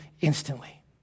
instantly